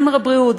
גם לבריאות,